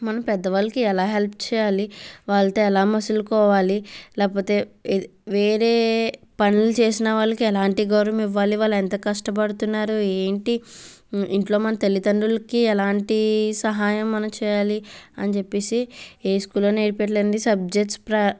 మనం పెద్దవాళ్ళకి ఎలా హెల్ప్ చేయాలి వాళ్ళతో ఎలా మసలుకోవాలి లేకపోతే వేరే పనులు చేసిన వాళ్ళకి ఎలాంటి గౌరవం ఇవ్వాలి వాళ్ళు ఎంత కష్టపడుతున్నారు ఏంటి ఇంట్లో మన తల్లిదండ్రులకి ఎలాంటి సహాయం మనం చేయాలి అని చెప్పేసి ఏ స్కూల్లో నేర్పియట్లేదండి సబ్జెక్ట్స్ ప్ర